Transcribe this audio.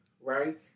Right